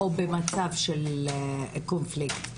או במצב של קונפליקט.